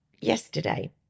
yesterday